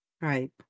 right